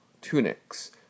tunics